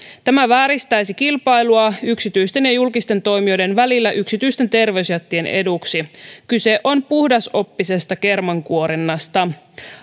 tämä vääristäisi kilpailua yksityisten ja julkisten toimijoiden välillä yksityisten terveysjättien eduksi kyse on puhdasoppisesta kermankuorinnasta